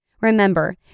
Remember